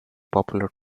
popular